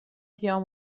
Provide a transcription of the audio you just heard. بیام